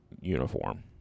uniform